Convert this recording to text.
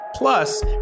Plus